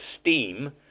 STEAM